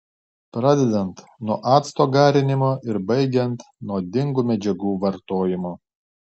pradedant nuo acto garinimo ir baigiant nuodingų medžiagų vartojimu